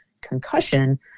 concussion